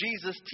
Jesus